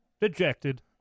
dejected